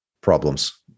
problems